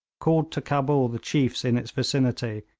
called to cabul the chiefs in its vicinity,